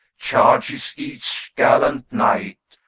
charges each gallant knight,